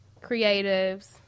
creatives